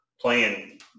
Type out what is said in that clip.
playing